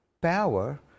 power